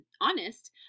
honest